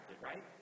right